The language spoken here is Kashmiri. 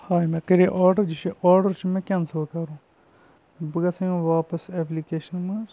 آ مےٚ کَرے آرڈَر یہِ چھِ آرڈَر چھُ مےٚ کٮ۪نسَل کَرُن بہٕ گژھَے وۄنۍ واپَس اٮ۪پلِکیشَن منٛز